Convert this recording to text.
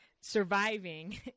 surviving